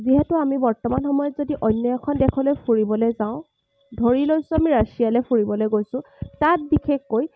যিহেতু আমি বৰ্তমান সময়ত যদি অন্য এখন দেশলৈ ফুৰিবলৈ যাওঁ ধৰি লৈছো আমি ৰাছিয়ালৈ ফুৰিবলৈ গৈছোঁ তাত বিশেষকৈ